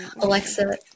Alexa